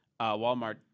Walmart